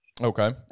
Okay